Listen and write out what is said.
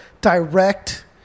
direct